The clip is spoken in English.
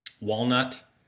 walnut